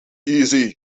easy